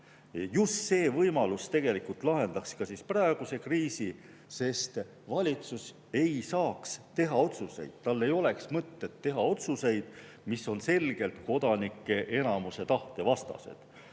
Just see võimalus lahendaks ka praeguse kriisi, sest valitsus ei saaks teha, tal ei oleks mõtet teha otsuseid, mis on selgelt kodanike enamuse tahte vastased.